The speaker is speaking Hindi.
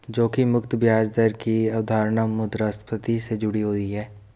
जोखिम मुक्त ब्याज दर की अवधारणा मुद्रास्फति से जुड़ी हुई है